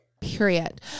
Period